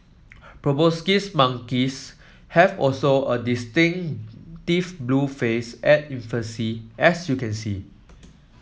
proboscis monkeys have also a blue face at infancy as you can see